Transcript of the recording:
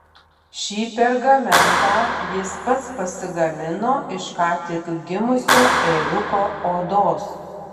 šį pergamentą jis pats pasigamino iš ką tik gimusio ėriuko odos